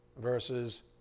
versus